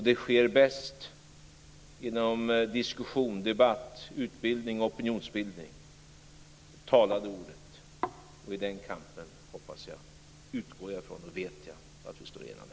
Det sker bäst genom diskussion, debatt, utbildning och opinionsbildning - det talade ordet. I den kampen utgår jag ifrån, och vet jag, att vi står enade.